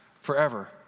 forever